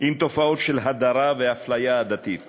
עם תופעות של הדרה ואפליה עדתית